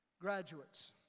Graduates